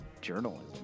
journalism